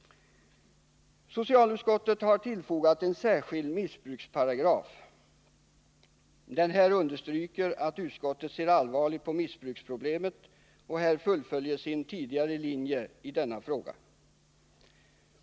Socialutskottet har tillfogat en särskild missbruksparagraf. Den understryker att utskottet ser allvarligt på missbruksproblemet och här fullföljer sin tidigare linje i denna fråga.